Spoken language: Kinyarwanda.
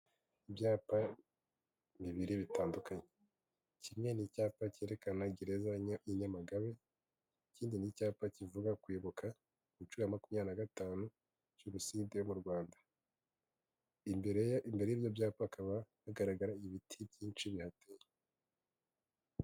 Ibyapa bibiri bitandukanye kimwe n'icyapa cyerekana gereza ya Nyamagabe ikindi ni icyapa kivuga kwibuka inshu ya makumyabiri na gatanu jenoside yo mu rwanda imbere imbere y'ibyo byapa haba hagaragara ibiti byinshi bihateye.